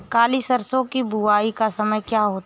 काली सरसो की बुवाई का समय क्या होता है?